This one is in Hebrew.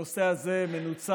הנושא הזה מנוצל,